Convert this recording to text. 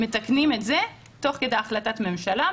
מתקנים את זה תוך כדי החלטת ממשלה,